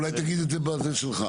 אולי תגיד את זה בזמן שלך.